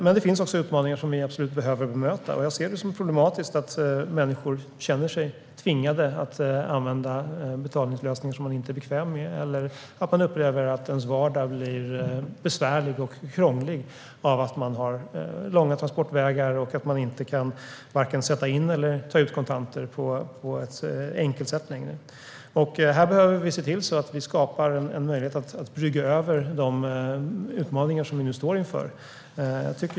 Men det finns också utmaningar som vi behöver bemöta. Jag ser det som problematiskt att människor känner sig tvingade att använda betalningslösningar som de inte är bekväma med eller att de upplever att vardagen blir besvärlig och krånglig för att de har långa transportvägar och varken kan sätta in eller ta ut kontanter på ett enkelt sätt längre. Här behöver vi skapa en möjlighet att brygga över de utmaningar vi står inför.